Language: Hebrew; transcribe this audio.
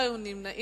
לא היו נמנעים.